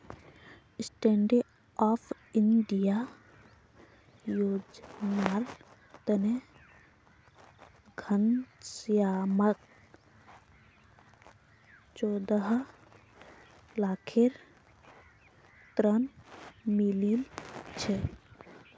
stand up India योजनार तने घनश्यामक चौदह लाखेर ऋण मिलील छ